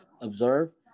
observe